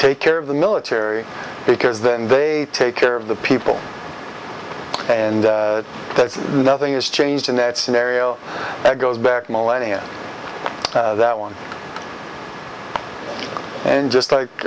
take care of the military because then they take care of the people and that nothing is changed in that scenario that goes back millennia that one and just like